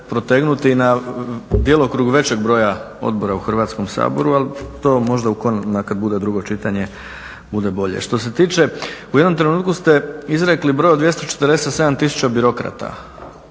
protegnuti na djelokrug većeg broja odbora u Hrvatskom saboru, ali to možda kada bude drugo čitanje, bude bolje. Što se tiče, u jednom trenutku ste izrekli broj od 247 tisuća birokrata,